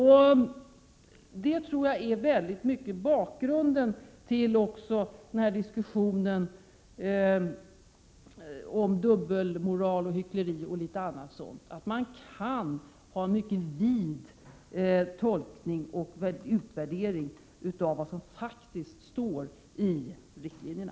Här tror jag ligger mycket av bakgrunden till diskussionen om dubbelmoral, hyckleri osv.; man kan göra en mycket vid tolkning och utvärdering av vad som faktiskt står i riktlinjerna.